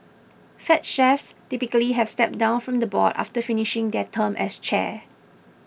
fed chiefs typically have stepped down from the board after finishing their term as chair